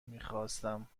میخواستم